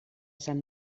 sant